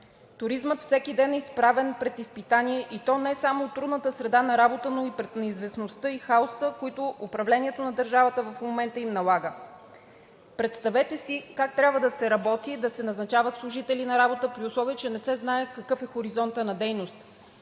Туризмът всеки ден е изправен пред изпитания, и то не само от трудната среда на работа, но и пред неизвестността и хаоса, които управлението на държавата в момента им налага. Представете си как трябва да се работи и да се назначават служители на работа, при условие че не се знае какъв е хоризонтът на дейност